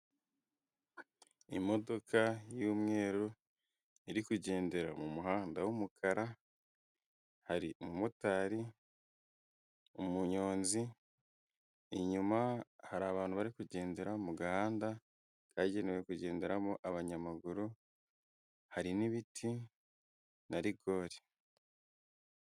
Imodoka y'umweru iri kugendera mu muhanda w'umukara, hari umumotari, umunyonzi, inyuma hari abantu bari kugendera mu gahanda yagenewe kugenderamo abanyamaguru hari n'ibiti na rigori.